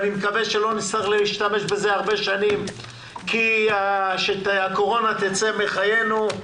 אני מקווה שלא נצטרך להשתמש בזה הרבה שנים כי הקורונה תצא מחיינו.